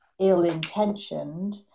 ill-intentioned